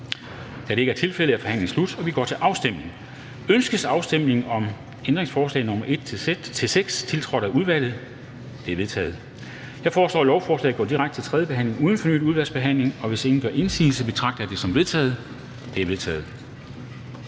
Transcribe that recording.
Kl. 13:24 Afstemning Formanden (Henrik Dam Kristensen): Ønskes afstemning om ændringsforslag nr. 1, tiltrådt af udvalget? Det er vedtaget. Jeg foreslår, at lovforslaget går direkte til tredje behandling uden fornyet udvalgsbehandling, og hvis ingen gør indsigelse, betragter jeg det som vedtaget. Det er vedtaget.